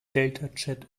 deltachat